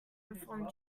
inform